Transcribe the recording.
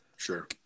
Sure